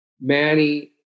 Manny